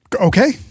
Okay